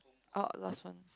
oh last one